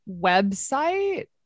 website